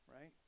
right